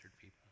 people